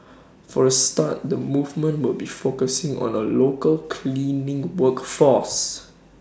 for A start the movement will be focusing on the local cleaning work force